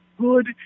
good